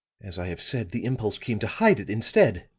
as i have said, the impulse came to hide it, instead!